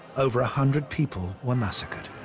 over a hundred people were massacred.